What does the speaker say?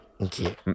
okay